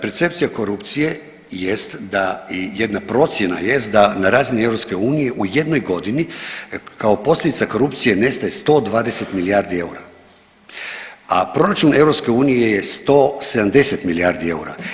Percepcija korupcije jest da i jedna procjena jest da na razini EU u jednoj godini kao posljedica korupcije nestaje 120 milijardi eura, a proračun EU je 170 milijardi eura.